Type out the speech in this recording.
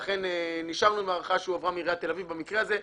לכן נשארנו עם ההערכה שהועברה מעיריית תל-אביב במקרה הזה,